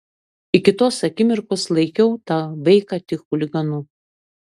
iki tos akimirkos laikiau tą vaiką tik chuliganu